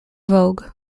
vogue